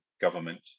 government